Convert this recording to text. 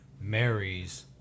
Marries